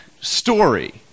story